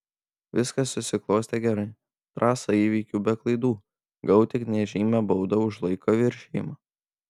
viskas susiklostė gerai trasą įveikiau be klaidų gavau tik nežymią baudą už laiko viršijimą